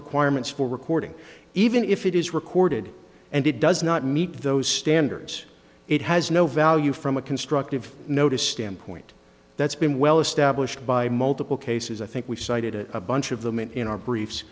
requirements for recording even if it is recorded and it does not meet those standards it has no value from a constructive notice standpoint that's been well established by multiple cases i think we've cited a bunch of them and in our briefs